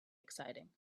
exciting